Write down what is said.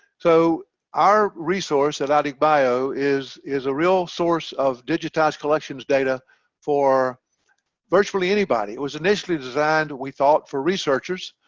so our resource at idigbio is is a real source of digitized collections data for virtually anybody it was initially designed we thought for researchers,